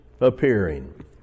appearing